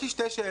יש לי שתי שאלות